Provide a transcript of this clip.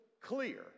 clear